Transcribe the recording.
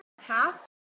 half